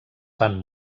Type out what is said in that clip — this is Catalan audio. fan